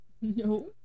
No